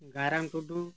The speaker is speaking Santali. ᱜᱟᱭᱨᱟᱢ ᱴᱩᱰᱩ